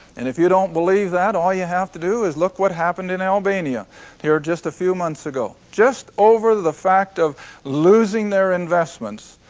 and if you dont believe that all you have to do is look what happened in albania just a few months ago. just over the fact of losing their investments,